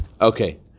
Okay